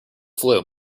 flu